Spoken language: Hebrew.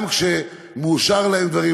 גם כשמאושרים להם דברים,